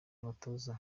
abatoza